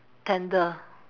tender